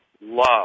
love